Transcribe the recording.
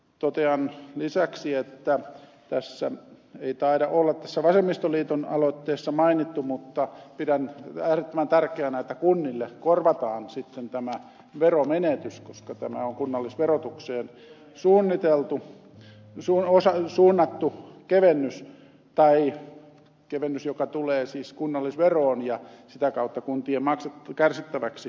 totean lisäksi että tässä vasemmistoliiton aloitteessa ei taida olla mainittu sitä mutta pidän äärettömän tärkeänä että kunnille korvataan sitten tämä veronmenetys koska tämä on kunnallisverotukseen suunnattu kevennys se tulee siis kunnallisveroon ja sitä kautta kuntien kärsittäväksi